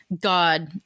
God